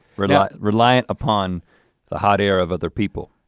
but reliant upon the hot air of other people.